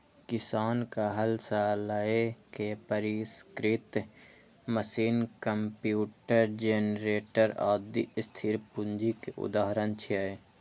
किसानक हल सं लए के परिष्कृत मशीन, कंप्यूटर, जेनरेटर, आदि स्थिर पूंजी के उदाहरण छियै